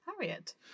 Harriet